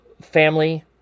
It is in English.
Family